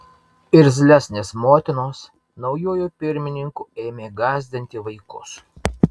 irzlesnės motinos naujuoju pirmininku ėmė gąsdinti vaikus